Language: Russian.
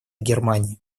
германии